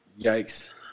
yikes